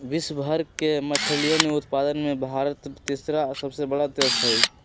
विश्व भर के मछलयन उत्पादन में भारत तीसरा सबसे बड़ा देश हई